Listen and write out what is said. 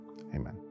Amen